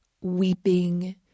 weeping